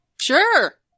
Sure